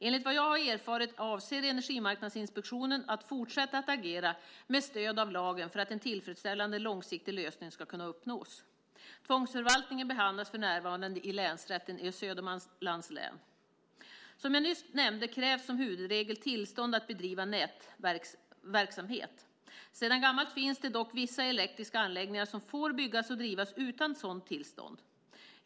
Enligt vad jag har erfarit avser Energimarknadsinspektionen att fortsätta att agera med stöd av lagen för att en tillfredsställande långsiktig lösning ska kunna uppnås. Tvångsförvaltningen behandlas för närvarande i Länsrätten i Södermanlands län. Som jag nyss nämnde krävs som huvudregel tillstånd att bedriva nätverksamhet. Sedan gammalt finns det dock vissa elektriska anläggningar som får byggas och drivas utan sådant tillstånd.